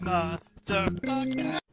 Motherfucker